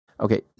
Okay